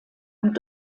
und